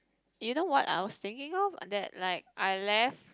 you know what I was thinking of that like I left